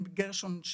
גרשון,